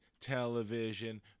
television